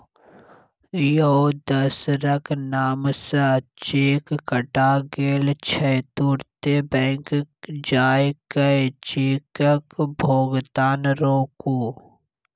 यौ दोसरक नाम सँ चेक कटा गेल छै तुरते बैंक जाए कय चेकक भोगतान रोकु